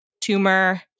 tumor